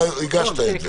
אתה הגשת את זה.